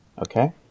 Okay